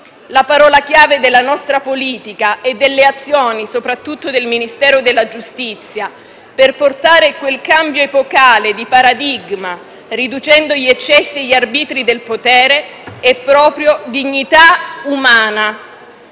La parola chiave della nostra politica e soprattutto delle azioni del Ministero della giustizia, per portare quel cambio epocale di paradigma, riducendo gli eccessi e gli arbitri del potere, è proprio «dignità umana»,